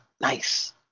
Nice